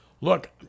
look